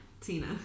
Tina